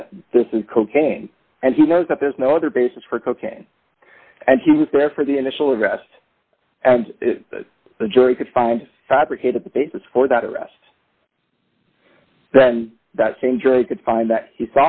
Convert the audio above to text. that this is cocaine and he knows that there's no other basis for cocaine and he was there for the initial arrest and the jury could find fabricate a basis for that arrest then that same jury could find that